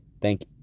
Thank